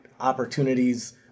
opportunities